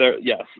yes